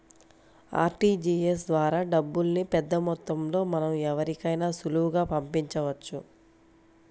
RTGS ద్వారా డబ్బుల్ని పెద్దమొత్తంలో మనం ఎవరికైనా సులువుగా పంపించవచ్చు